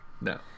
no